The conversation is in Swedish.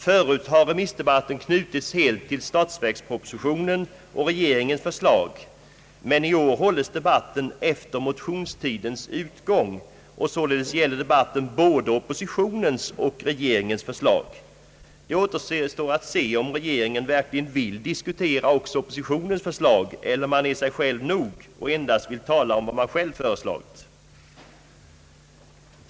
Förut har remissdebatten knutits helt till statsverkspropositionen och regeringens förslag, men i år hålles debatten efter motionstidens utgång, och således gäller debatten både oppositionens och regeringens förslag. Det återstår att se om regeringen verkligen vill diskutera också oppositionens förslag eller om man är sig själv nog och endast vill tala om vad man själv föreslagit.